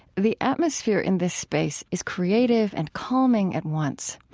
the atmosphere in this space is creative and calming at once.